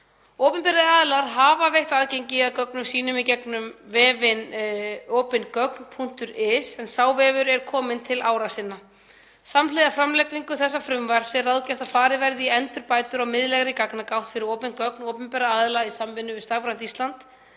Opinberir aðilar hafa veitt aðgengi að gögnum sínum í gegnum vefinn www.opingogn.is. Sá vefur er kominn til ára sinna. Samhliða framlagningu þessa frumvarps er ráðgert að farið verði í endurbætur á miðlægri gagnagátt fyrir opin gögn opinberra aðila í samvinnu við Stafrænt Ísland.